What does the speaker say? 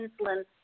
insulin